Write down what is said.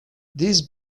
this